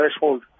threshold